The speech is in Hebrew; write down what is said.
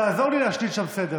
תעזור לי להשליט שם סדר.